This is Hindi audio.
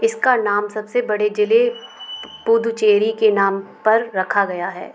इसका नाम सबसे बड़े ज़िले पुदुचेरी के नाम पर रखा गया है